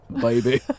baby